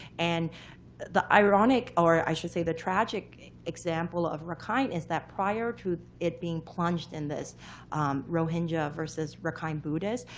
and the ironic, or, i should say, the tragic example of rakhine, is that prior to it being plunged in this rohingya versus rakhine buddhists,